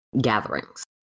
gatherings